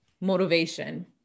motivation